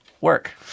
work